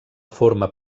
forma